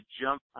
jump